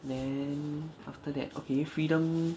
then after that okay freedom